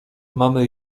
mamy